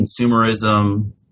consumerism